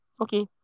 okay